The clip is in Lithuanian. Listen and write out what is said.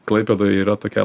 klaipėdoj yra tokia